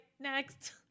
next